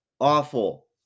awful